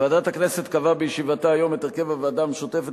ועדת הכנסת קבעה בישיבתה היום את הרכב הוועדה המשותפת